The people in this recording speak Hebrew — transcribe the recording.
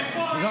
איפה היית,